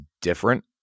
different